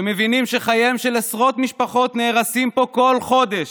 מבינים שחייהן של עשרות משפחות נהרסים פה כל חודש,